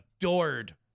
adored